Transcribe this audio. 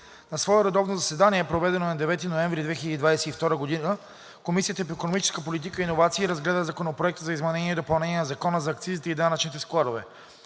На свое редовно заседание, проведено на 9 ноември 2022 г., Комисията по икономическа политика и иновации разгледа Законопроекта за изменение и допълнение на Закона за акцизите и данъчните складове.